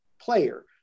player